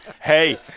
Hey